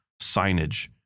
signage